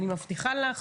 אני מבטיחה לך